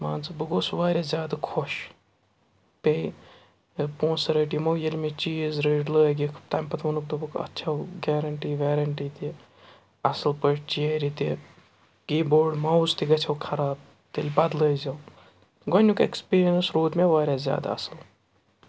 مان ژٕ بہٕ گوس واریاہ زیادٕ خوش بیٚیہِ مےٚ پونٛسہٕ رٔٹۍ یِمو ییٚلہِ مےٚ چیٖز رٔٹۍ لٲگِکھ تَمہِ پَتہٕ ووٚنُکھ دوٚپُکھ اَتھ چھَو گیرٮ۪نٛٹی ویرٮ۪نٛٹی تہِ اَصٕل پٲٹھۍ چیرِ تہِ کیٖبورڈ ماوُس تہِ گَژھیو خراب تیٚلہِ بَدلٲیزیو گۄڈٕنیُک اٮ۪کٕسپیٖریِنٕس روٗد مےٚ واریاہ زیادٕ اَصٕل